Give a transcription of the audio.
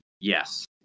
yes